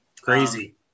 Crazy